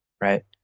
right